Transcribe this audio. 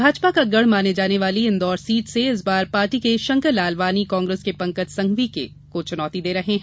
भाजपा का गढ़ मानी जाने वाली इंदौर सीट से इस बार पार्टी के शंकर लालवानी कांग्रेस के पंकज संघवी को चुनौती दे रहे हैं